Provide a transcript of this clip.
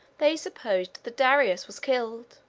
they supposed that darius was killed,